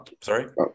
Sorry